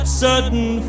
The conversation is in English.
certain